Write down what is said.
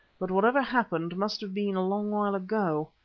but whatever happened must have been a long while ago,